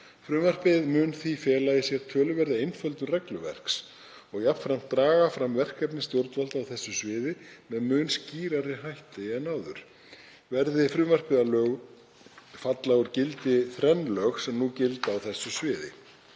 Frumvarpið mun því fela í sér töluverða einföldun regluverks og jafnframt draga fram verkefni stjórnvalda á þessu sviði með mun skýrari hætti en áður. Verði frumvarpið að lögum falla úr gildi þrenn lög sem nú gilda á þessu sviði: